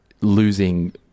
losing